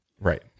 Right